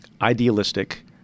idealistic